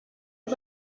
aba